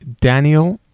daniel